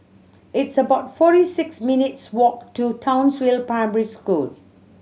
it's about forty six minutes' walk to Townsville Primary School